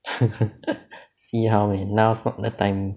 see how man now's not the time